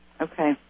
Okay